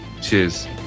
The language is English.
cheers